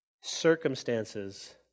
Circumstances